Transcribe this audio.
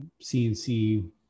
CNC